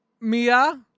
Mia